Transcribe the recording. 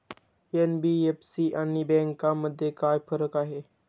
NBFC आणि बँकांमध्ये काय फरक आहे?